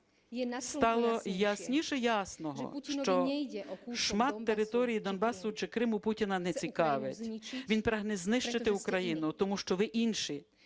стало ясніше ясного, що шмат території Донбасу чи Криму Путіна не цікавить. Він прагне знищити Україну, тому що ви інші.